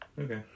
Okay